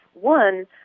one